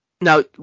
Now